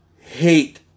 hate